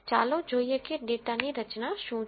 ચાલો જોઈએ કે ડેટાની રચના શું છે